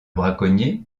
braconnier